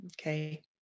okay